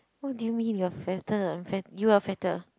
what do you mean you are fatter I'm fat you are fatter